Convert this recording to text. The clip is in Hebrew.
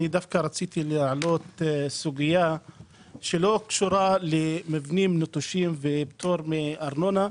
אני רציתי להעלות סוגייה שלא קשורה למבנים נטושים ופטור מארנונה,